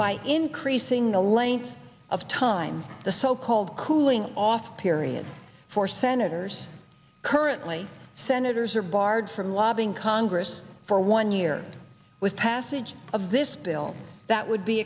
by increasing the length of time the so called cooling off period for senators currently senators are barred from lobbying congress for one year with pass siege of this bill that would be